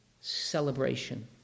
celebration